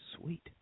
Sweet